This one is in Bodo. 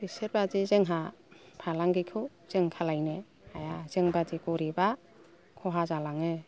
बिसोरबायदि जोंहा फालांगिखौ जों खालायनो हाया जों बादि गरिबआ खहा जालाङो